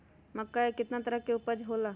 मक्का के कितना तरह के उपज हो ला?